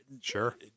Sure